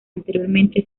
anteriormente